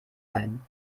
ein